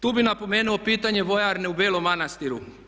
Tu bi napomenuo pitanje vojarne u Belom Manastiru.